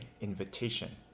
invitation